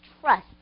trust